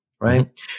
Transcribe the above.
Right